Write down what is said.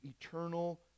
eternal